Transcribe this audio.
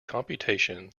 computation